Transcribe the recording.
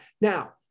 Now